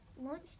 launched